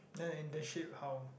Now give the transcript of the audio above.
then internship how